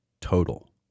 total